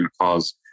cause